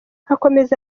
akomeza